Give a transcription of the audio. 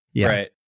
right